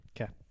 Okay